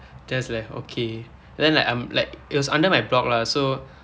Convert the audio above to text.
just like okay then like I'm like it was under my block lah so